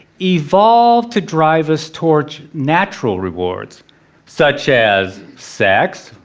evolved to drive us towards natural rewards such as sex,